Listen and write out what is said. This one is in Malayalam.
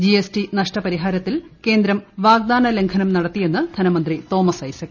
ജിഎസ്ടി നഷ്ടപരിഹാരത്തിൽ കേന്ദ്രം വാഗ്ദാന ലംഘനം നടത്തിയെന്ന് ധനമന്ത്രി തോമസ് ഐസക്